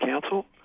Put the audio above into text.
Council